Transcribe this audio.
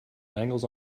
dangles